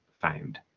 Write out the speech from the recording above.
found